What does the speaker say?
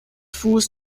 fuß